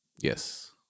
Yes